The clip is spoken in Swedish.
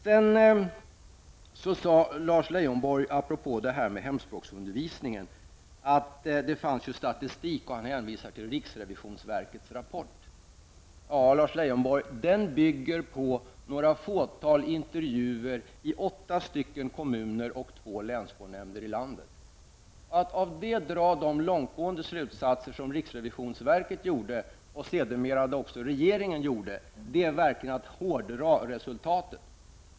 Sedan sade Lars Leijonborg apropå hemspråksundervisningen att det fanns ju statistik, och han hänvisade till riksrevisionsverkets rapport. Ja, Lars Leijonborg, den bygger på några få intervjuer i åtta kommuner och två länsskolnämnder i landet. Att av det dra de långtgående slutsatser som riksrevisionsverket gjorde och sedermera också regeringen gjorde är verkligen att hårdra resultatet.